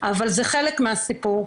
אבל זה חלק מהסיפור,